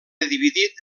dividit